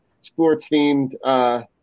sports-themed